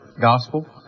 gospel